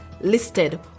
listed